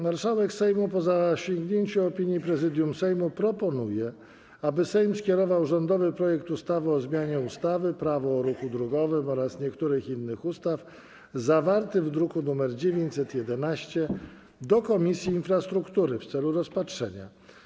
Marszałek Sejmu, po zasięgnięciu opinii Prezydium Sejmu, proponuje, aby Sejm skierował rządowy projekt ustawy o zmianie ustawy - Prawo o ruchu drogowym oraz niektórych innych ustaw, zawarty w druku nr 911, do Komisji Infrastruktury w celu rozpatrzenia.